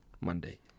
Monday